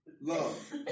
love